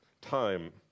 time